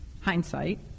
hindsight